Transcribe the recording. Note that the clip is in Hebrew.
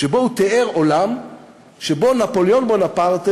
שבו הוא תיאר עולם שבו נפוליאון בונפרטה